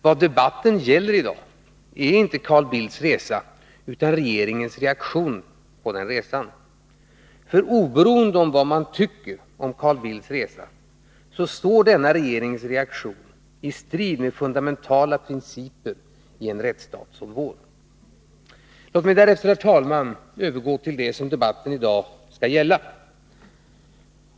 Vad debatten i dag gäller är inte Carl Bildts resa, utan regeringens reaktion på denna. Oberoende av vad man tycker om Carl Bildts resa står denna regeringens reaktion i strid med fundamentala principer i en rättsstat som vår. Låt mig därefter, herr talman, övergå till det som debatten i dag skall gälla.